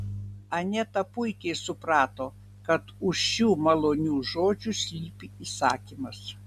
aneta puikiai suprato kad už šių malonių žodžių slypi įsakymas